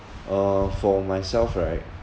uh for myself right